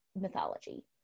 mythology